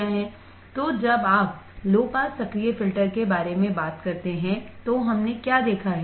तो जब आप लो पास सक्रिय फिल्टर के बारे में बात करते हैं तो हमने क्या देखा है